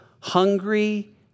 hungry